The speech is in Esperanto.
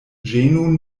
ĝenu